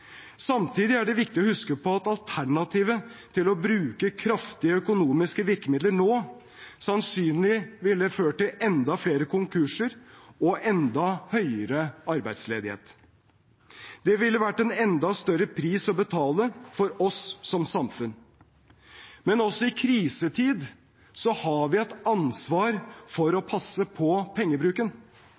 Samtidig er det viktig å huske at alternativet til å bruke kraftige økonomiske virkemidler nå sannsynligvis ville ha ført til enda flere konkurser og enda høyere arbeidsledighet. Det ville ha vært en enda større pris å betale for oss som samfunn. Men også i krisetid har vi et ansvar for å passe på pengebruken.